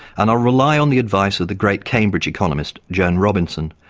and i'll rely on the advice of the great cambridge economist, joan robinson,